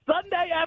sunday